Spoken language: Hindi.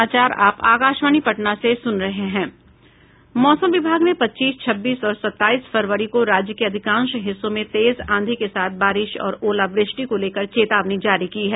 मौसम विभाग ने पच्चीस छब्बीस और सताईस फरवरी को राज्य के अधिकांश हिस्सों में तेज आंधी के साथ बारिश और ओलावृष्टि को लेकर चेतावनी जारी की है